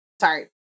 sorry